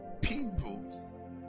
people